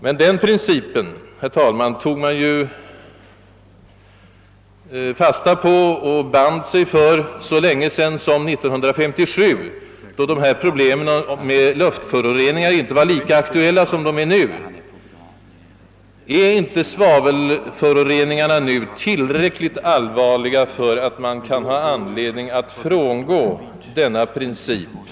Men den principen, herr talman, tog man ju fasta på och band sig för så länge sedan som 1957, då problemen om luftföroreningarna inte var lika aktuella som nu. Är inte svavelföroreningarna nu tillräckligt allvarliga för att man skall ha anledning att frångå denna princip?